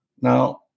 Now